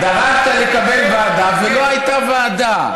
דרשת לקבל ועדה, ולא הייתה ועדה.